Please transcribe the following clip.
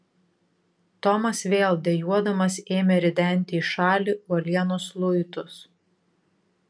tomas vėl dejuodamas ėmė ridenti į šalį uolienos luitus